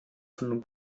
von